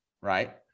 right